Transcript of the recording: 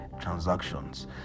transactions